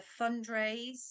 fundraise